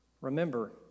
remember